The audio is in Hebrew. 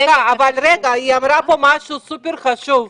רגע, היא אמרה פה משהו סופר חשוב.